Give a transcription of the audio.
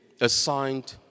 assigned